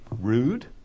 Rude